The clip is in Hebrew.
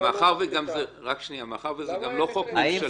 מאחר וזה גם -- למה אין עמדת ממשלה?